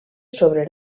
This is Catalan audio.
sobre